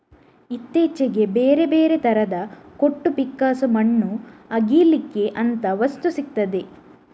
ಇತ್ತೀಚೆಗೆ ಬೇರೆ ಬೇರೆ ತರದ ಕೊಟ್ಟು, ಪಿಕ್ಕಾಸು, ಮಣ್ಣು ಅಗೀಲಿಕ್ಕೆ ಅಂತ ವಸ್ತು ಸಿಗ್ತದೆ